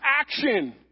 action